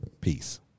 Peace